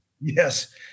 Yes